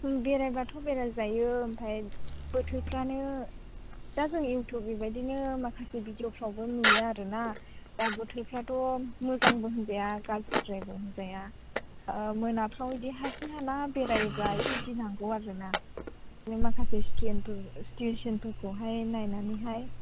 बेरायबाथ' बेरायजायो ओमफ्राय बोथोरफ्रानो दा जों युटुब बेबायदिनो माखासे भिडिय'फ्रावबो नुयो आरो ना दा बोथोरफ्राथ' मोजांबो होनजाया गाज्रिद्रायबो होनजाया मोनाफ्राव बिदि हारसिं हाला बेरायोब्ला इसे गिनांगौ आरो ना बिदिनो माखासे सिटुवेसन सिटुवेसनफोरखौहाय नायनानैहाय